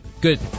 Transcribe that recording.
Good